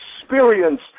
experience